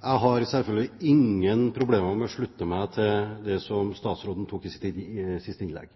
Jeg har selvfølgelig ingen problemer med å slutte meg til det som statsråden tok opp i sitt siste innlegg